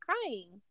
crying